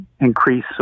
increase